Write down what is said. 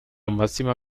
máxima